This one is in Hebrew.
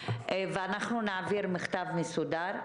ונעביר מכתב מסודר,